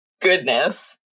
goodness